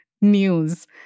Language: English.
news